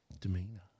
demeanor